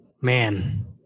Man